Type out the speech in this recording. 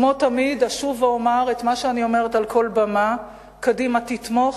כמו תמיד אשוב ואומר את מה שאני אומרת על כל במה: קדימה תתמוך,